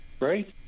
Right